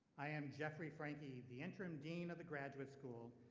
i am jeffrey franke, the interim dean of the graduate school